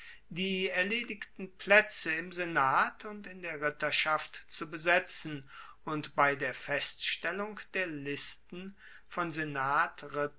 die erledigten plaetze im senat und in der ritterschaft zu besetzen und bei der feststellung der listen von